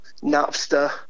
Napster